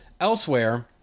elsewhere